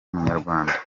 munyarwanda